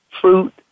fruit